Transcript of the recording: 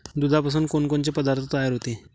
दुधापासून कोनकोनचे पदार्थ तयार होते?